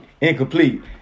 incomplete